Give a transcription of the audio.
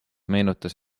meenutas